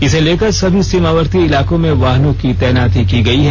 इसे लेकर सभी सीमावर्ती इलाकों में वाहनों की तैनाती की गई है